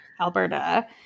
alberta